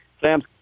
Sam